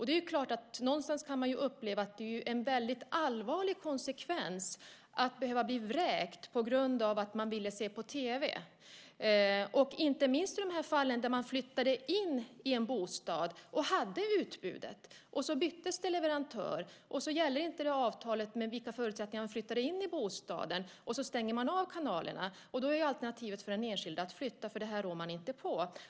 Det är ju en väldigt allvarlig konsekvens att behöva bli vräkt på grund av att man vill kunna se på tv, inte minst i de fall där man flyttat in i en bostad där utbudet fanns men där man sedan har bytt leverantör. De förutsättningar som gällde när man flyttade in i bostaden gäller inte längre och kanalerna stängs av. Då är alternativet för den enskilde att flytta, för det här rår man inte på.